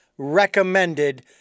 recommended